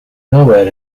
nowhere